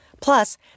Plus